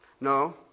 No